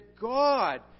God